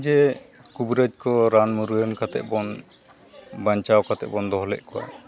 ᱡᱮ ᱠᱚᱵᱤᱨᱟᱡᱽ ᱠᱚ ᱨᱟᱱ ᱢᱩᱨᱜᱟᱹᱱ ᱠᱟᱛᱮᱫ ᱵᱚᱱ ᱵᱟᱧᱪᱟᱣ ᱠᱟᱛᱮᱫ ᱵᱚᱱ ᱫᱚᱦᱚ ᱞᱮᱫ ᱠᱚᱣᱟ